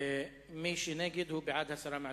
ומי שנגד הוא בעד הסרה מסדר-היום.